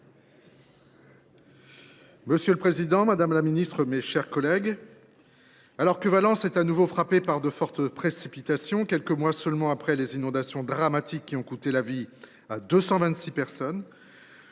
Monsieur le président, madame la ministre, mes chers collègues, alors que Valence est de nouveau frappée par de fortes précipitations, quelques mois seulement après les inondations dramatiques qui ont coûté la vie de 226 personnes,